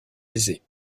aisés